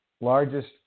largest